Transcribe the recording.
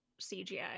CGI